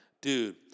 dude